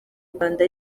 rwanda